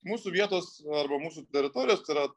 mūsų vietos arba mūsų teritorijos yra